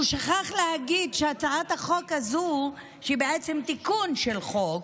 הוא שכח להגיד שהצעת החוק הזו היא בעצם תיקון של חוק,